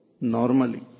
Normally